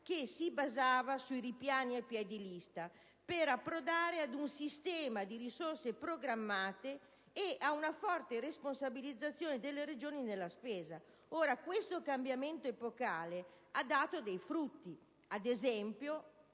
che si basava sui ripiani a piè di lista, per approdare ad un sistema di risorse programmate e ad una forte responsabilizzazione delle Regioni nella spesa. Questo cambiamento epocale ha dato dei frutti: vi sono